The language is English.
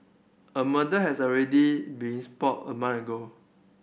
a murder has already been spotted a month ago